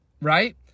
right